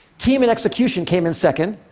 team and execution came in second,